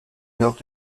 nord